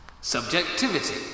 Subjectivity